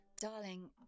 Darling